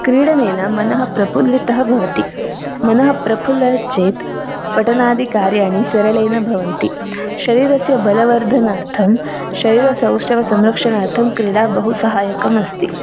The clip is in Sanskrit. क्रीडनेन मनः प्रफुल्लितः भवति मनः प्रफुल्लः चेत् तटनादिकार्याणि सरलेण भवन्ति शरीरस्य बलवर्धनार्थं शरीरसौष्ठवसंरक्षणार्थं क्रीडा बहु सहायकम् अस्ति